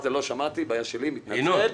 סליחה, את זה לא שמעתי, בעיה שלי, מתנצל.